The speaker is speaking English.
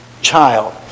child